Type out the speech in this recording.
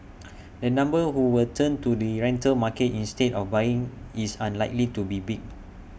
the number who will turn to the rental market instead of buying is unlikely to be big